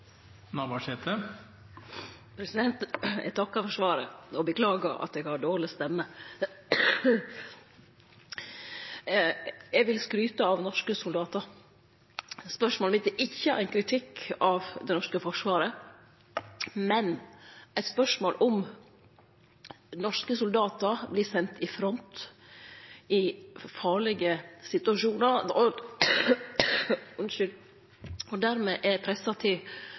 Eg takkar for svaret og beklagar at eg har dårleg stemme. Eg vil skryte av norske soldatar. Spørsmålet mitt er ikkje ei kritikk av det norske forsvaret, men eit spørsmål om norske soldatar vert sende i front i farlege situasjonar og dermed er pressa til